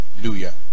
hallelujah